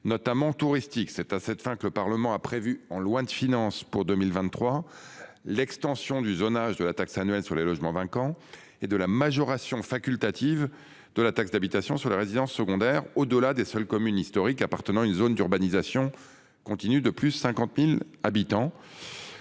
notamment touristiques. C'est à cette fin que le Parlement a prévu, dans la loi de finances pour 2023, l'extension du zonage de la taxe annuelle sur les logements vacants (TLV) et de la majoration facultative de la taxe d'habitation sur les résidences secondaires (THRS) au-delà des seules communes appartenant à une zone d'urbanisation continue de plus de 50 000 habitants.